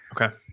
Okay